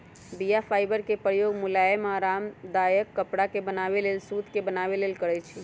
बीया फाइबर के प्रयोग मुलायम आऽ आरामदायक कपरा के बनाबे लेल सुत के बनाबे लेल करै छइ